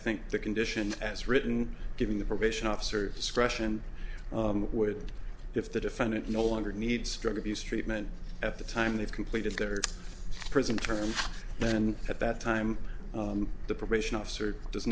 think the condition as written giving the probation officer discretion would if the defendant no longer needs drug abuse treatment at the time they've completed their prison term then at that time the probation officer does